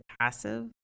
passive